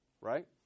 right